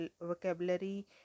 vocabulary